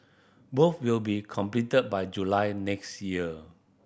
both will be completed by July next year